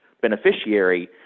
beneficiary